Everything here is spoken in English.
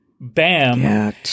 bam